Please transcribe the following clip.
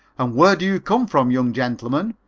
and where do you come from, young gentlemen?